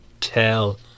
tell